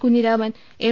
Kunhiraman M